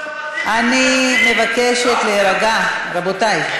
אני מבקשת להירגע, רבותי.